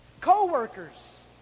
Co-workers